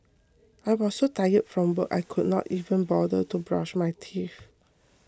I was so tired from work I could not even bother to brush my teeth